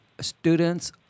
students